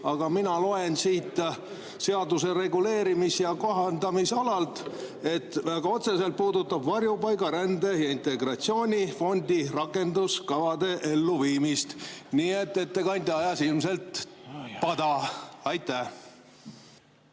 aga mina loen siit seaduse reguleerimis- ja kohandamisala kohta, et see väga otseselt puudutab Varjupaiga-, Rände- ja Integratsioonifondi rakenduskavade elluviimist. Nii et ettekandja ajas ilmselt pada. Aitäh!